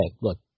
look